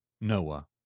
Noah